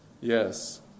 Yes